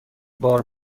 بار